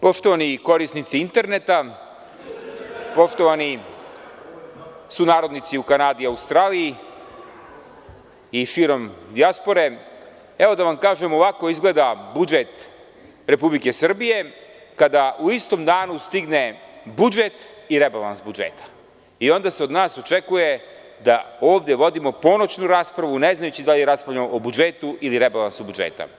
Poštovani korisnici interneta, poštovani sunarodnici u Kanadi i Australiji i širom dijaspore, da vam kažem da ovako izgleda budžet RS, kada u istom danu stigne budžet i rebalans budžeta i onda se od nas očekuje da ovde vodimo ponoćnu raspravu ne znajući da li je rasprava o budžetu ili rebalansu budžeta.